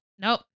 nope